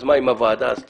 אז מה אם הוועדה עשתה,